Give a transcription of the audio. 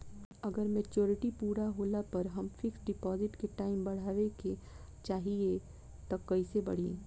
अगर मेचूरिटि पूरा होला पर हम फिक्स डिपॉज़िट के टाइम बढ़ावे के चाहिए त कैसे बढ़ी?